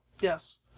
Yes